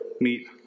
meet